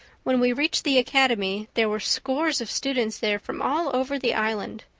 when we reached the academy there were scores of students there from all over the island.